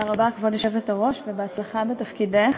תודה רבה, כבוד היושבת-ראש, ובהצלחה בתפקידך.